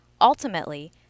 Ultimately